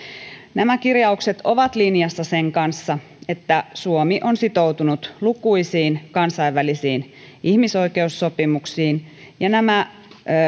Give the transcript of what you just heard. nämä kirjaukset ovat linjassa sen kanssa että suomi on sitoutunut lukuisiin kansainvälisiin ihmisoikeussopimuksiin ja nämä